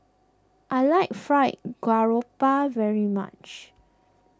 I like Fried Garoupa very much